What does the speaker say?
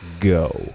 Go